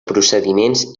procediments